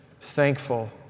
thankful